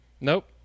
Nope